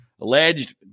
alleged